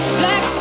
black